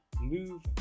move